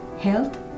health